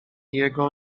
jego